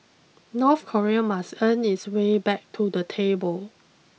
North Korea must earn its way back to the table